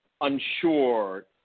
unsure